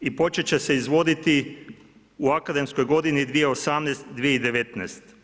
I počet će se izvoditi u akademskoj godini 2018./2019.